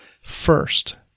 first